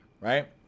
right